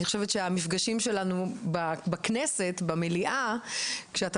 אני חושבת שהמפגשים שלנו בכנסת במליאה כשאתה